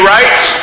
Right